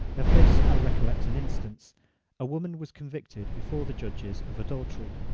of this i recollect an instance a woman was convicted before the judges of adultery,